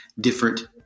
different